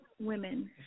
women